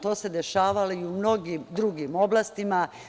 To se dešavalo i u mnogim drugim oblastima.